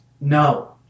No